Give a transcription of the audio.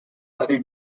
other